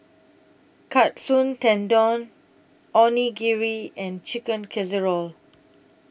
Katsu Tendon Onigiri and Chicken Casserole